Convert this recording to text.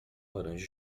laranja